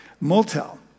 motel